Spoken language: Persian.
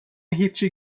هیچی